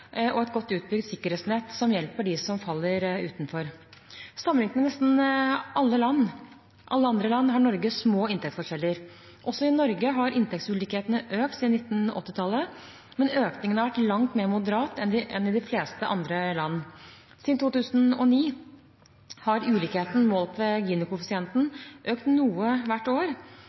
og et godt utbygd sikkerhetsnett som hjelper dem som faller utenfor. Sammenlignet med nesten alle andre land har Norge små inntektsforskjeller. Også i Norge har inntektsulikhetene økt siden 1980-tallet, men økningen har vært langt mer moderat enn i de fleste andre land. Siden 2009 har ulikheten, målt ved Gini-koeffisienten, økt noe hvert år.